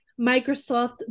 Microsoft